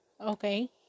Okay